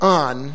on